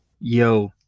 yo